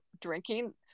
drinking